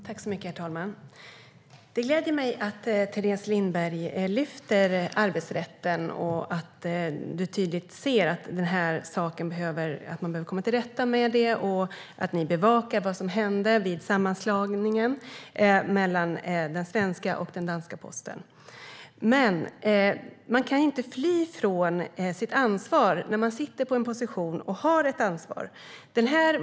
Herr talman! Det gläder mig att du lyfter fram arbetsrätten, Teres Lindberg, att du tydligt ser att man behöver komma till rätta med den här saken och att ni bevakar vad som hände vid sammanslagningen mellan den svenska och den danska posten. Man kan dock inte fly från sitt ansvar när man sitter på en position och har ett ansvar.